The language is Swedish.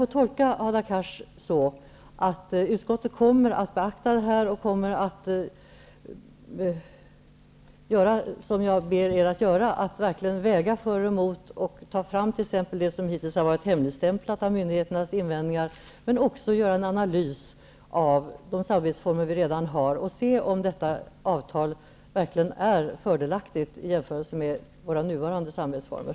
Jag tolkar Hadar Cars så att utskottet kommer att beakta detta och gör det som jag ber om, nämligen att väga för och emot och att ta fram det som hittills har varit hemligstämplat när det gäller myndigheternas invändningar. Att det även görs en analys av de samarbetsformer som redan finns vore bra, för att se om detta avtal verkligen är fördelaktigt i jämförelse med våra nuvarande samhällsformer.